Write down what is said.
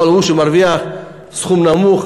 ההוא שמרוויח סכום נמוך,